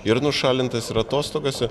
ir nušalintas ir atostogose